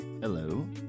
Hello